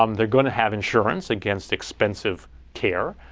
um they're going to have insurance against expensive care.